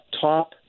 top